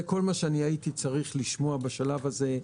זה כל מה שאני הייתי צריך לשמוע בשלב הזה.